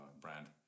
brand